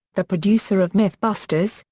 the producer of mythbusters,